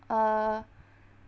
uh